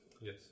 Yes